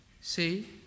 See